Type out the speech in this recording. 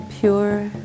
pure